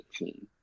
18